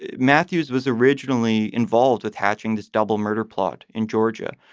matthews was originally involved with hatching this double murder plot in georgia.